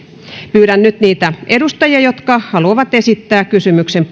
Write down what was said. pyydän nyt niitä edustajia jotka haluavat esittää kysymyksen